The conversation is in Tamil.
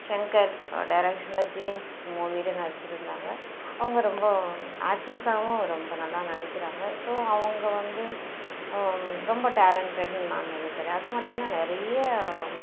ஷங்கர் டேரக்ஷனில் ஜீன்ஸ் மூவியில் நடிச்சுருந்தாங்க அவங்க ரொம்ப ஆக்ட்ரஸாகவும் ரொம்ப நல்லா நடிக்கிறாங்க ஸோ அவங்க வந்து ரொம்ப டேலண்டட்னு நான் நினைக்குறேன் அது மட்டும் இல்லை நிறைய